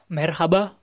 Merhaba